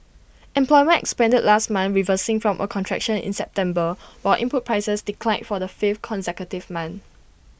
employment expanded last month reversing from A contraction in September while input prices declined for the fifth consecutive month